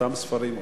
באותם ספרים,